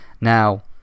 Now